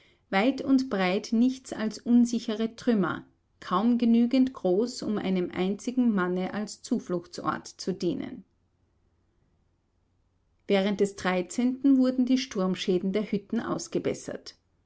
weit und breit nichts als unsichere trümmer kaum genügend groß um einem einzigen manne als zufluchtsort zu dienen während des wurden die sturmschäden der hütten ausgebessert